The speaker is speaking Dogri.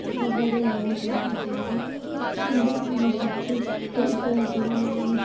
सर दा गै गाना सुनेआ ऐ ते मिगी उं'दे गाने बिच्च ते इक जेह्ड़ा में